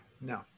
No